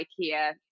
IKEA